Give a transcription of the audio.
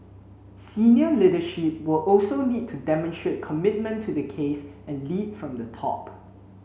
senior leadership will also need to demonstrate commitment to the case and lead from the top